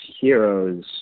heroes